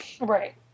Right